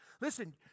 Listen